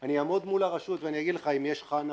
אני אעמוד מול הרשות ואני אגיד לך אם יש לך הנחות,